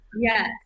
yes